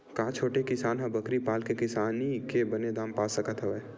का छोटे किसान ह बकरी पाल के किसानी के बने दाम पा सकत हवय?